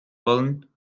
wollen